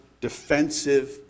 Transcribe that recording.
defensive